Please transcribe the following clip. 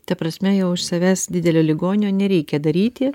ta prasme jau iš savęs didelio ligonio nereikia daryti